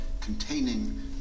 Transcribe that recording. containing